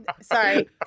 sorry